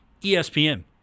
ESPN